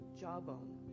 jawbone